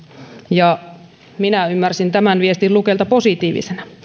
minä ymmärsin tämän viestin lukelta positiivisena